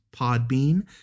Podbean